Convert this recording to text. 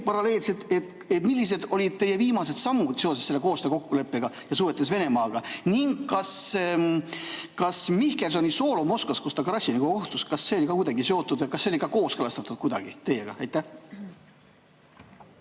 paralleelselt: millised olid teie viimased sammud seoses selle koostöökokkuleppega ja suhetes Venemaaga? Kas Mihkelsoni soolo Moskvas, kus ta Karassiniga kohtus, oli ka kuidagi seotud või kas see on ka kooskõlastatud kuidagi teiega? Aitäh,